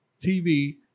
TV